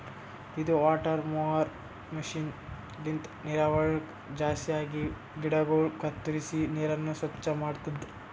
ಇದು water mower machine ಲಿಂತ ನೀರವಳಗ್ ಜಾಸ್ತಿ ಆಗಿವ ಗಿಡಗೊಳ ಕತ್ತುರಿಸಿ ನೀರನ್ನ ಸ್ವಚ್ಚ ಮಾಡ್ತುದ